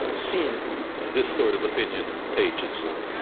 ah seen this sort of opinion in the pages of,